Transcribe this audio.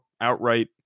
outright